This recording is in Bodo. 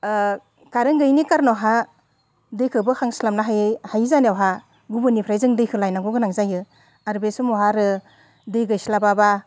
कारेन्ट गैयैनि खारनावहा दैखो बोखांस्लाबनो हायै हायै जानायावहा गुबुननिफ्राय जों दैखौ लायनांगौ गोनां जायो आरो बे समावहा आरो दै गैस्लाबाब्ला